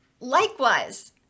likewise